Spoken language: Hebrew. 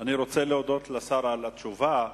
אני רוצה להודות לשר על התגובה.